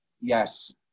Yes